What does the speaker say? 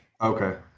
Okay